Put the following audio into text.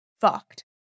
fucked